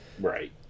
Right